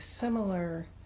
similar